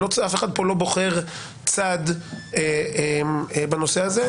אף אחד פה לא בוחר צד בנושא הזה,